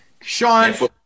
Sean